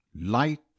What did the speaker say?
light